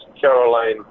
Caroline